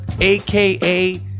aka